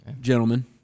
Gentlemen